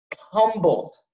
Humbled